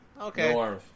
Okay